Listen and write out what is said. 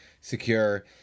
secure